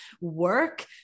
work